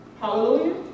Hallelujah